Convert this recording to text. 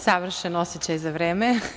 Savršen osećaj za vreme.